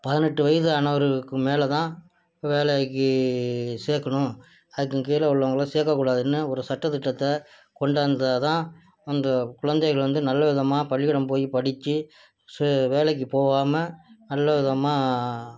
பதினெட்டு வயது ஆனவர்களுக்கு மேல் தான் வேலைக்கு சேர்க்கணும் அதுக்கும் கீழே உள்ளவங்களை சேர்க்கக்கூடாதுன்னு ஒரு சட்டத்திட்டத்தை கொண்டாந்தால் தான் அந்த குழந்தைகள் வந்து நல்ல விதமாக பள்ளிக்கூடம் போய் படித்து சே வேலைக்கு போகாம நல்ல விதமாக